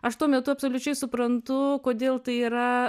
aš tuo metu absoliučiai suprantu kodėl tai yra